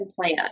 plan